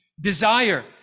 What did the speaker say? desire